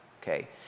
okay